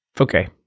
Okay